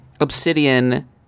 obsidian